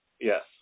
Yes